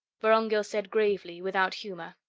vorongil said gravely, without humor,